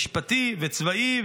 משפטי וצבאי,